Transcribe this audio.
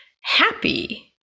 happy